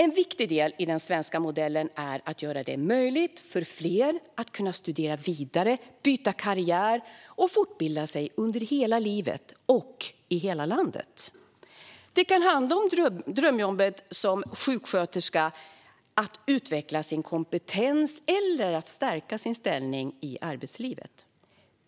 En viktig del i den svenska modellen är att göra det möjligt för fler att kunna studera vidare, byta karriär och fortbilda sig under hela livet och i hela landet. Det kan handla om drömjobbet som sjuksköterska, om att utveckla sin kompetens eller att stärka sin ställning i arbetslivet.